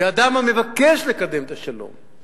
כאדם המבקש לקדם את השלום.